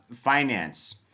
finance